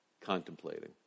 contemplating